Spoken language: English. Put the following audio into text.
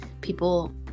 people